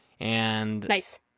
Nice